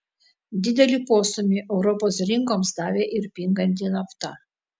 didelį postūmį europos rinkoms davė ir pinganti nafta